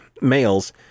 males